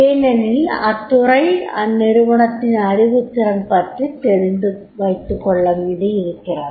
ஏனெனில் அத்துறை அந்நிறுவனத்தின் அறிவுத்திறன் பற்றித் தெரிந்துகொள்ளவேண்டியிருக்கிறது